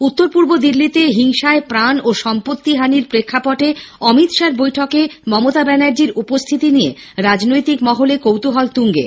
উত্তর পূর্ব দিল্লিতে হিংসায় প্রাণ ও সম্পত্তিহানির প্রেক্ষাপটে অমিত শাহ্ বৈঠকে মমতা ব্যানার্জির উপস্থিতি নিয়ে রাজনৈতিক মহলে কৌতুহল তুঙ্গে